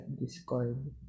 discord